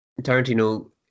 tarantino